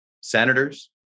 senators